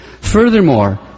Furthermore